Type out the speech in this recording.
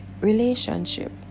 relationship